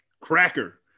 cracker